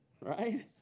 right